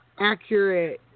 accurate